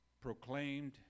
proclaimed